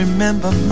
remember